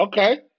Okay